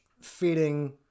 feeding